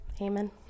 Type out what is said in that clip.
amen